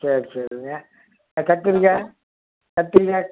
சரி சரிங்க ஆ கத்திரிக்காய் கத்திரிக்காய்